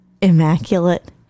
Immaculate